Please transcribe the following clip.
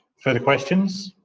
further questions